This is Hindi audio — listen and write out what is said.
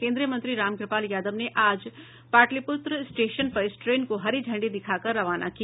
केन्द्रीय मंत्री रामकृपाल यादव ने आज पाटलिपुत्र स्टेशन पर इस ट्रेन को हरी झंडी दिखा कर रवाना किया